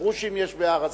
לפרושים יש בהר-הזיתים,